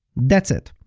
that's it!